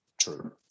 true